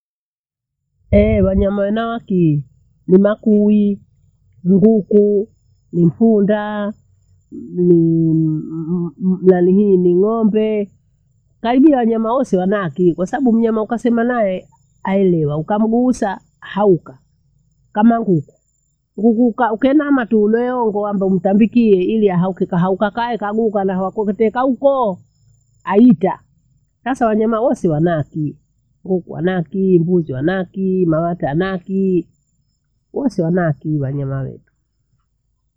Ehe! wanyama wenao akiyi ni makui, nguku, nimpunda m- mlalihii nilombe. Kalibia wanya wose wana akili, kwasababu mnyama ukasema nae alewa, ukamguusa haika. Kama nguku, nguku uka- ukaena mtulubeho ongo amba umtambikie ili ahauki kahaukaa hekaguu kana wakuteka ukoo aitaa. Sasa wanyama wose wana akili kuku na akili, mbuzi wana akiyi, mawata ana akiyi wose wana akiyi wanyama wetu.